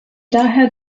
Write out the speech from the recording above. daher